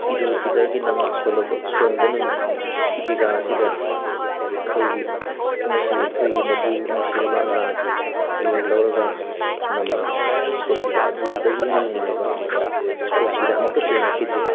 ꯏꯠꯗꯨꯜ ꯐꯤꯜꯇꯔꯒꯤ ꯅꯃꯥꯁ ꯁꯣꯜꯂꯕ ꯁꯣꯟꯕ ꯅꯨꯃꯤꯠ ꯏꯗꯤꯒꯥ ꯑꯁꯤꯗ ꯑꯩꯈꯣꯏꯒꯤ ꯅꯨꯡꯁꯤ ꯑꯩꯈꯣꯏꯒꯤ ꯃꯄꯨ ꯅꯨꯡꯁꯤꯔꯕ ꯑꯂꯥꯒꯤ ꯃꯤꯡ ꯂꯧꯔꯒ ꯅꯃꯥꯖ ꯁꯣꯟꯈꯤꯕ ꯑꯗꯨꯗꯒꯤ ꯍꯦꯟꯅ ꯅꯨꯡꯉꯥꯏꯕ ꯄꯨꯟꯁꯤꯗ ꯑꯃꯨꯛꯇ ꯊꯦꯡꯅꯈꯤꯗ꯭ꯔꯤ